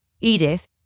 Edith